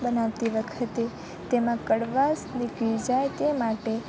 બનાવતી વખતે તેમાં કડવાશ નીકળી જાય તે માટે